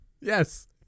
Yes